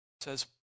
says